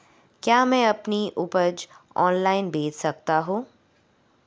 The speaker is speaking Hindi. क्या मैं अपनी उपज ऑनलाइन बेच सकता हूँ?